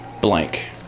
blank